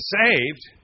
saved